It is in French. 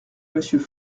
monsieur